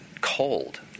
cold